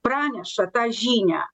praneša tą žinią